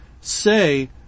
say